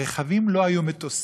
הרכבים לא היו מטוסים,